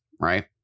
right